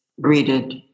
greeted